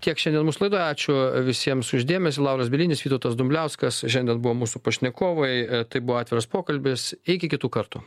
tiek šiandien mūsų laidoj ačiū visiems už dėmesį lauras bielinis vytautas dumbliauskas šiandien buvo mūsų pašnekovai tai buvo atviras pokalbis iki kitų kartų